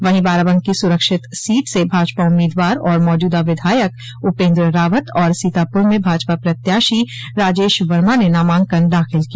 वहीं बाराबंकी सुरक्षित सीट से भाजपा उम्मीदवार और मौजूदा विधायक उपेन्द्र रावत और सीतापुर में भाजपा प्रत्याशी राजेश वर्मा ने नामांकन दाखिल किया